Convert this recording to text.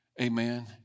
Amen